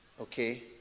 okay